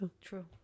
True